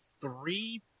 three